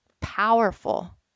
powerful